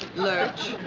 lurch,